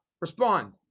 Respond